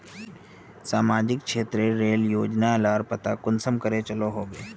सामाजिक क्षेत्र रेर योजना लार पता कुंसम करे चलो होबे?